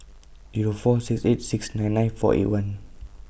Zero four six eight six nine nine four eight one